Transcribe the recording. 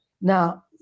Now